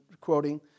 quoting